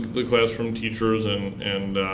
the classroom teachers and and